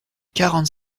quarante